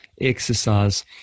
exercise